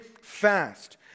fast